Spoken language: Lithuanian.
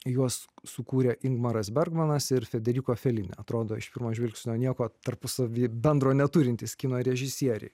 juos sukūrė ingmaras bergmanas ir federiko felini atrodo iš pirmo žvilgsnio nieko tarpusavyje bendro neturintys kino režisieriai